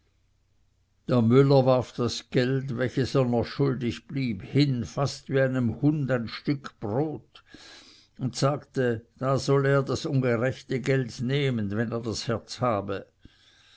da müller warf das geld welches er noch schuldig blieb hin fast wie einem hund ein stück brot und sagte da solle er das ungerechte geld nehmen wenn er das herz habe